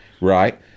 right